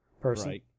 person